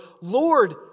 Lord